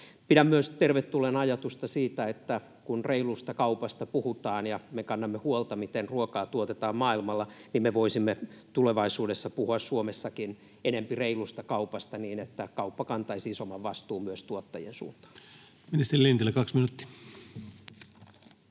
Pidän myös tervetulleena ajatusta siitä, että kun reilusta kaupasta puhutaan ja me kannamme huolta, miten ruokaa tuotetaan maailmalla, me voisimme tulevaisuudessa puhua Suomessakin enempi reilusta kaupasta, niin että kauppa kantaisi isomman vastuun myös tuottajien suuntaan. [Speech 168] Speaker: